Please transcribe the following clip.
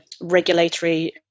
regulatory